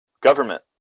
Government